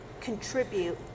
contribute